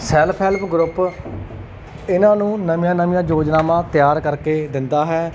self help group ਇਹਨਾਂ ਨੂੰ ਨਵੀਆਂ ਨਵੀਆਂ ਯੋਜਨਾਵਾਂ ਤਿਆਰ ਕਰਕੇ ਦਿੰਦਾ ਹੈ